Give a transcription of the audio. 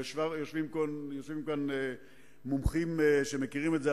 יושבים כאן מומחים שמכירים את זה,